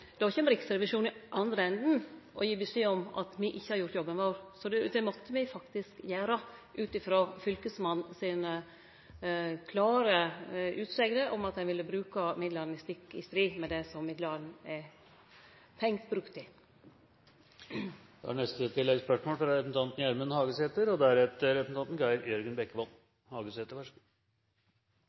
i den andre enden og gir beskjed om at me ikkje har gjort jobben vår. Så dette måtte me faktisk gjere, på grunn av Fylkesmannen sine klare utsegner om at ein ville bruke midlane stikk i strid med det som dei i dag er tenkt brukt til. Gjermund Hagesæter – til oppfølgingsspørsmål. Eg registrerer at kommunalministeren prøver å ro seg unna ansvaret så